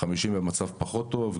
50 במצב פחות טוב.